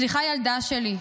סליחה, ילדה שלי,